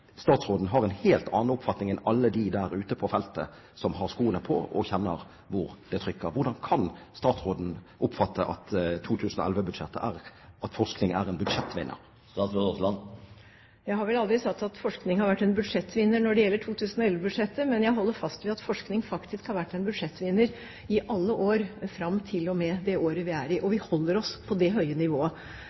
statsråden har en helt annen oppfatning enn alle dem der ute på feltet som har skoen på, og kjenner hvor det trykker. Hvordan kan statsråden oppfatte at forskning er en budsjettvinner i 2011-budsjettet? Jeg har vel aldri sagt at forskning har vært en budsjettvinner når det gjelder 2011-budsjettet, men jeg holder fast ved at forskning faktisk har vært en budsjettvinner i alle år fram til og med det året vi er i, og vi holder oss på det høye nivået.